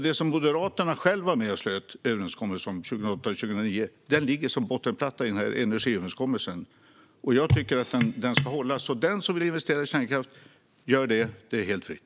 Det som Moderaterna själva var med och slöt en överenskommelse om 2008 eller 2009 ligger alltså som en bottenplatta i energiöverenskommelsen. Jag tycker att den ska hållas. Den som vill investera i kärnkraft gör det; det är helt fritt.